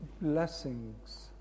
blessings